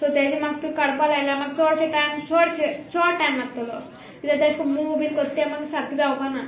so तेज म्हाक तूंय काडपा लायल्यार म्हाक चोडशे टायम चोड चोड टायम लागतोलो कित्या ते अेश कोन मूव बीन कोत्ताय सारकें जावपा ना